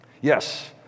Yes